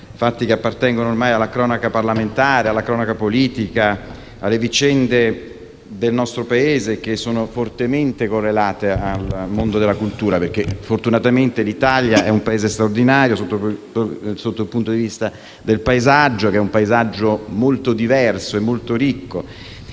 banali, che appartengono ormai alla cronaca parlamentare e politica, alle vicende del nostro Paese, che sono fortemente correlate al mondo della cultura. Fortunatamente, infatti, l'Italia è un Paese straordinario dal punto di vista del paesaggio, che è molto diverso e molto ricco,